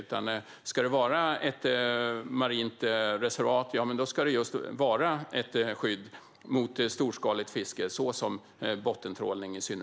Om det ska vara ett marint reservat ska det vara ett skydd mot storskaligt fiske, i synnerhet bottentrålning.